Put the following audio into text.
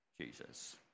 Jesus